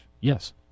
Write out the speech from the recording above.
Yes